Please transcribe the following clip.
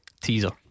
teaser